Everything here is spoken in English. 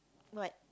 what